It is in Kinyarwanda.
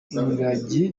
ingagi